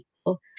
people